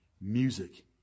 Music